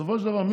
בסופו של דבר,